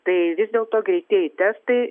tai vis dėlto greitieji testai